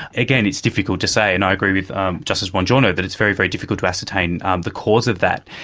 again it's difficult to say, and i agree with justice bongiorno that it's very, very difficult to ascertain the cause of that.